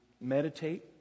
meditate